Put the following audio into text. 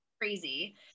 Crazy